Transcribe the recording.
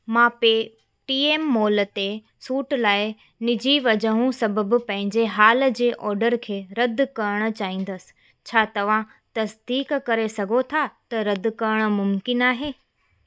मां Paytm Mall ते suit लाइ निजी वजहूं सबब पंहिंजे हाल जे ऑर्डर खे रद्द करण चाहिंदसि छा तव्हां तसदीकु करे सघो था त रद्द करण मुमकिन आहे